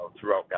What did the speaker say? throughout